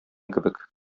кебек